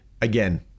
again